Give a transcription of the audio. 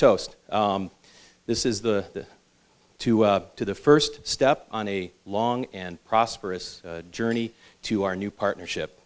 toast this is the two to the first step on a long and prosperous journey to our new partnership